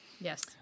Yes